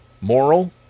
moral